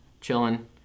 chilling